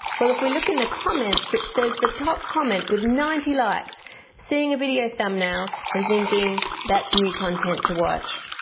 well if we look in the comments it says the top comment with ninety likes seeing a video thumbnail and thinking that's new content to watch.